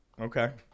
Okay